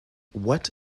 what